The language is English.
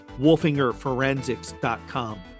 wolfingerforensics.com